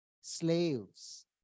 Slaves